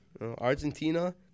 Argentina